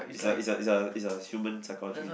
is a is a is a is a human psychology